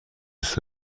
دوست